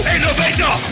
Innovator